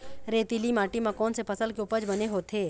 रेतीली माटी म कोन से फसल के उपज बने होथे?